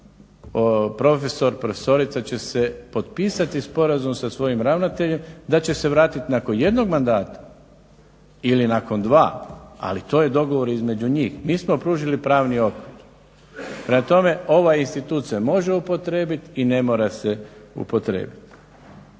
profesor, profesorica će se potpisati sporazum sa svojim ravnateljem da će se vratiti nakon jednog mandata ili nakon dva, ali to je dogovor između njih. Mi smo pružili pravni okvir. Prema tome, ovaj institut se može upotrijebiti i ne mora se upotrijebiti.